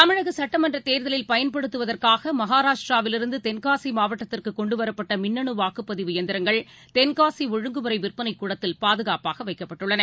தமிழக சுட்டமன்ற தேர்தலில் பயன்படுத்துவதற்காக மகாராஷ்ட்ராவிலிருந்து தென்காசி மாவட்டத்திற்கு கொண்டுவரப்பட்ட மின்னனு வாக்குப் பதிவு எந்திரங்கள் தென்காசி ஒழுங்குமுறை விற்பனைக் கூடத்தில் பாதுகாப்பாக வைக்கப்பட்டுள்ளன